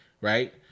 right